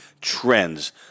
trends